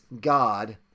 God